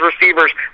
receivers